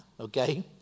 okay